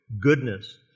goodness